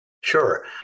Sure